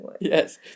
Yes